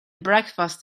breakfast